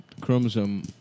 Chromosome